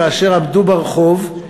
כאשר עמדו ברחוב,